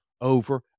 over